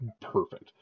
perfect